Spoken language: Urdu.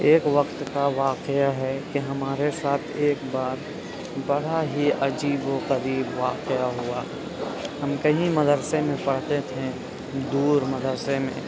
ایک وقت کا واقعہ ہے کہ ہمارے ساتھ ایک بار بڑا ہی عجیب و غریب واقعہ ہوا ہم کہیں مدرسے میں پڑھتے تھے دور مدرسے میں